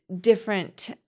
different